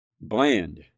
Bland